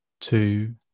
two